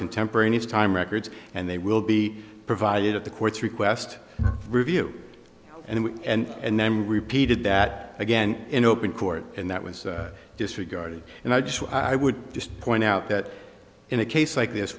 contemporaneous time records and they will be provided at the court's request review and we and then repeated that again in open court and that was disregarded and i just i would just point out that in a case like this